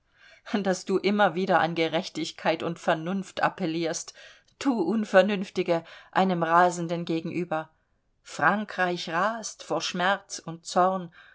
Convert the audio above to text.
daß du immer wieder an gerechtigkeit und vernunft appelierst du unvernünftige einem rasenden gegenüber frankreich rast vor schmerz und zorn